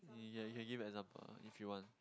yeah you can give example if you want